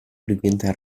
предметной